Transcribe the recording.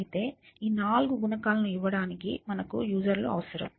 అయితే ఈ నాలుగు గుణకాలను ఇవ్వడానికి మనకు యూజర్ లు అవసరం